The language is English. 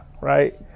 right